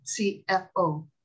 CFO